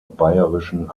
bayerischen